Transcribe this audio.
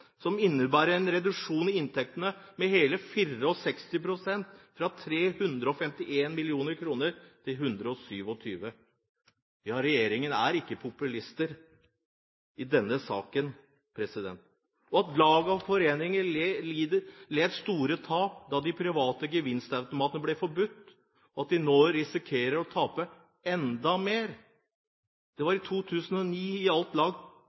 som innebærer en reduksjon i inntektene med hele 64 pst., fra 351 mill. kr til 127 mill. kr. Ja, regjeringen er ikke populister i denne saken: Lag og foreninger led store tap da de private gevinstautomatene ble forbudt, og nå risikerer de å tape enda mer. Det var i 2009 i alt 2 466 lag